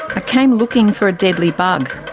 i came looking for a deadly bug,